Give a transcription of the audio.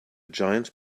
giant